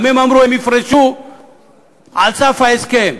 גם הם אמרו שהם יפרשו על סף ההסכם.